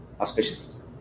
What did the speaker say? auspicious